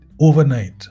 Overnight